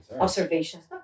Observations